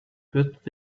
but